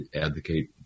advocate